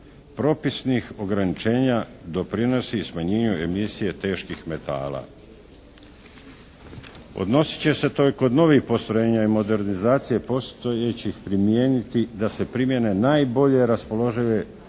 propisnih ograničenja doprinosi i smanjenju emisije teških metala. Odnosit će se to i kod novih postrojenja i modernizacije postojećih primijeniti, da se primijene najbolje raspoložive tehnike